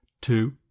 Two